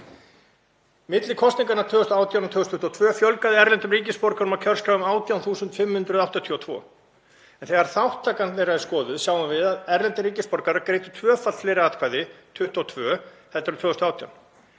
milli kosninganna 2018 og 2022 fjölgaði erlendum ríkisborgurum á kjörskrá um 18.582. Þegar þátttaka þeirra er skoðuð sjáum við að erlendir ríkisborgarar greiddu tvöfalt fleiri atkvæði 2022 en 2018